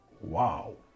Wow